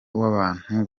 w’abantu